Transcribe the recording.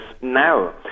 now